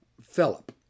Philip